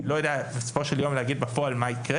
אני לא יודע בסופו של יום להגיד בפועל מה יקרה